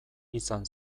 izan